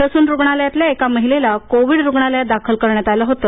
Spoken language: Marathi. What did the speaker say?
ससून रुग्णालयातल्या एका महिलेला कोविड रुग्णालयात दाखल करण्यात आलं होतं